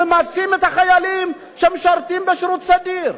ממסים את החיילים שמשרתים בשירות סדיר?